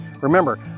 Remember